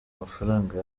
amafaranga